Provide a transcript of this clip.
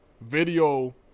video